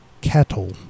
cattle